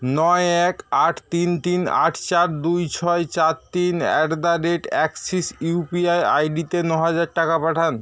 নয় এক আট তিন তিন আট চার দুই ছয় চার তিন at the rate axis UPI I ডিতে নহাজার টাকা পাঠান